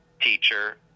teacher